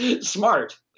smart